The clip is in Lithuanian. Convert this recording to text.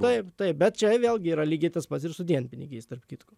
taip taip bet čia vėlgi yra lygiai tas pats ir su dienpinigiais tarp kitko